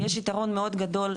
שיש יתרון מאוד גדול,